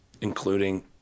including